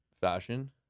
fashion